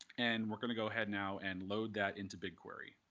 and we're going to go ahead now and load that into bigquery.